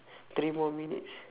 three more minutes